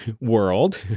world